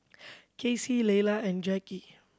Kacy Leyla and Jackie